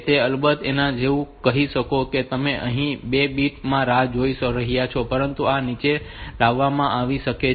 તેથી અલબત્ત તમે એવું કહી શકો છો કે તમે અહીં બે બીટ ટાઈમ માટે રાહ જોઈ રહ્યા છો પરંતુ આ પણ નીચે લાવવામાં આવી શકે છે